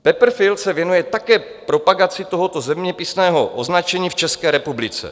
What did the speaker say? Pepper Field se věnuje také propagaci tohoto zeměpisného označení v České republice.